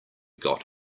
got